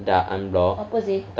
dah unblock